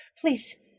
please